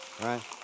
Right